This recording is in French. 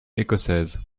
écossaise